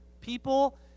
people